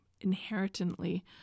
inherently